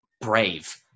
brave